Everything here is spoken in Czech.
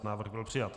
Návrh byl přijat.